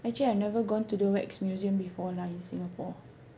actually I've never gone to the wax museum before lah in Singapore